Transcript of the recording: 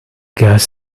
gas